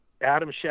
Adam